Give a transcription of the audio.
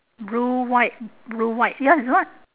blue white blue white yours is what